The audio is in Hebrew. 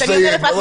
לא להפריע.